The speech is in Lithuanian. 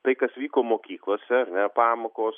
tai kas vyko mokyklose ar ne pamokos